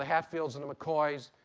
ah hatfields and the mccoys.